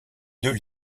deux